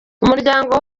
umuryango